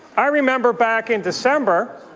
i remember back in december,